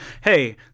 hey